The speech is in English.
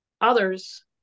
others